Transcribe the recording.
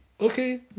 Okay